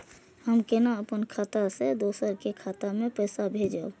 हम केना अपन खाता से दोसर के खाता में पैसा भेजब?